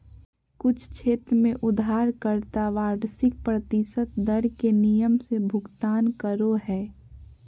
कुछ क्षेत्र में उधारकर्ता वार्षिक प्रतिशत दर के नियम से भुगतान करो हय